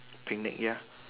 picnic ya